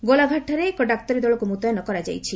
ଗୋଲାଘାଟ୍ଠାରେ ଏକ ଡାକ୍ତରୀଦଳକୁ ମୁତୟନ କରାଯାଇଛି